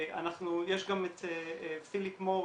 יש גם את פיליפ מוריס,